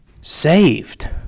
Saved